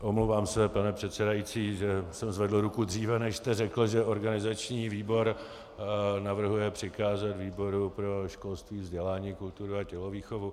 Omlouvám, pane předsedající, že jsem zvedl ruku dříve, než jste řekl, že organizační výbor navrhuje přikázat výboru pro školství, vzdělání, kulturu a tělovýchovu.